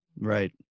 Right